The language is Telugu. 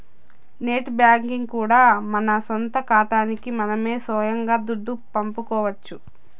నెట్ బ్యేంకింగ్ ద్వారా కూడా మన సొంత కాతాలకి మనమే సొయంగా దుడ్డు పంపుకోవచ్చు